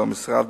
והמשרד,